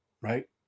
right